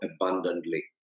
abundantly